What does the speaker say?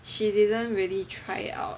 she didn't really try it out